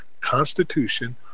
constitution